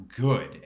good